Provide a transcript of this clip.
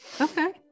Okay